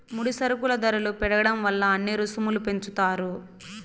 ముడి సరుకుల ధరలు పెరగడం వల్ల అన్ని రుసుములు పెంచుతారు